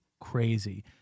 crazy